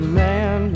man